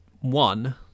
One